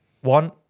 one